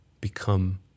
become